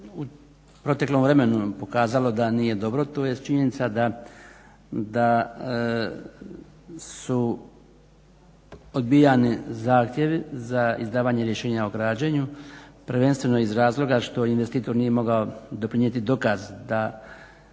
u proteklom vremenu da nije dobro to je činjenica da su odbijani zahtjevi za izdavanje rješenja o građenju prvenstveno iz razloga što investitor nije mogao doprinijeti dokaz da